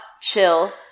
chill